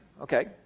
Okay